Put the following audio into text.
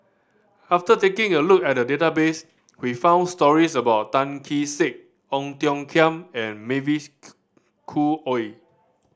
after taking a look at the database we found stories about Tan Kee Sek Ong Tiong Khiam and Mavis Khoo Oei